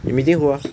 你 meeting who ah